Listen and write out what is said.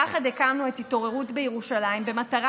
יחד הקמנו את "התעוררות בירושלים" במטרה